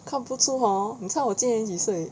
看不出 hor 你猜我今年几岁